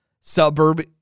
suburb